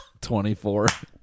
24